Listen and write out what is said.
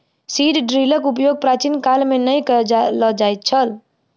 seed ड्रीलक उपयोग प्राचीन काल मे नै कय ल जाइत छल